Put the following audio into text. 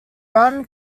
ron